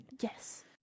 Yes